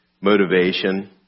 motivation